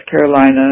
Carolina